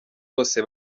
bose